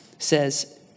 says